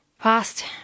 past